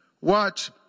watch